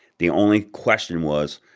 the only question was,